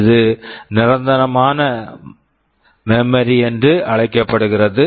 இது நிரந்தரமான memory memory என அழைக்கப்படுகிறது